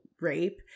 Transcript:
rape